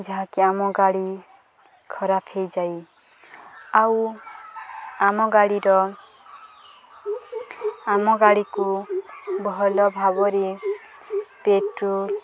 ଯାହାକି ଆମ ଗାଡ଼ି ଖରାପ ହେଇଯାଏ ଆଉ ଆମ ଗାଡ଼ିର ଆମ ଗାଡ଼ିକୁ ଭଲ ଭାବରେ ପେଟ୍ରୋଲ